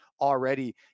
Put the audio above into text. already